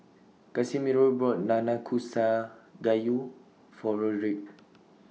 Casimiro bought Nanakusa Gayu For Roderick